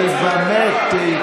נו, באמת.